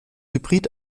hybrid